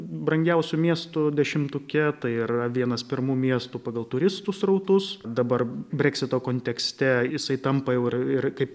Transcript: brangiausių miestų dešimtuke tai yra vienas pirmų miestų pagal turistų srautus dabar breksito kontekste jisai tampa jau ir ir kaip